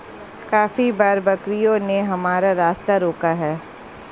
काफी बार बकरियों ने हमारा रास्ता रोका है